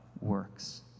works